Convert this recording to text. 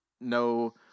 no